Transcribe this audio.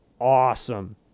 awesome